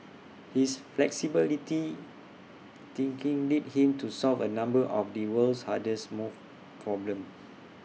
his flexibility thinking led him to solve A number of the world's hardest more problems